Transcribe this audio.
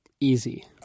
Easy